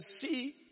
see